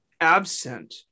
absent